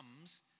comes